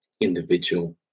individual